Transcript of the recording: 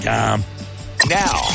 Now